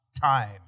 time